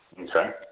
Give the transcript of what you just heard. okay